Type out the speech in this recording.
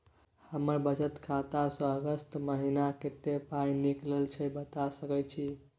हमर बचत खाता स अगस्त महीना कत्ते पाई निकलल छै बता सके छि?